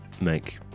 make